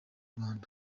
rwanda